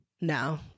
No